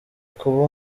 kuba